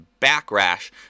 Backrash